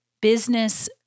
business